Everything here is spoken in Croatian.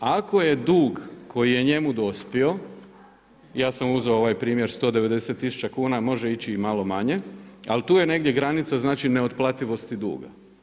Ako je dug koji je njemu dospio, ja sam uzeo ovaj primjer 190 000 kuna, može ići i malo manje, ali tu je negdje granica neotplativosti duga.